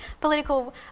political